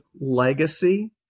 legacy